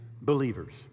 believers